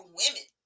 women